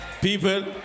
people